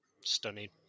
stunning